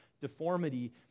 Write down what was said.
deformity